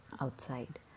outside